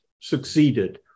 succeeded